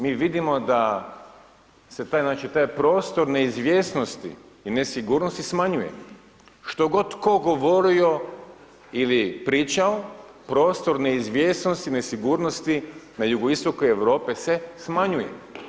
Mi vidimo da se taj znači, taj prostor neizvjesni i nesigurnosti smanjuje šta god tko govorio ili pričao prostro neizvjesnosti, nesigurnosti, na jugoistoku Europe se smanjuje.